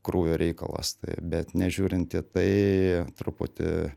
krūvio reikalas tai bet nežiūrint į tai truputį